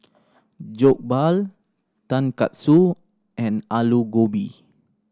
Jokbal Tonkatsu and Alu Gobi